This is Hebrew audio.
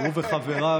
הוא וחבריו,